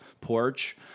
porch